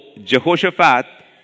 Jehoshaphat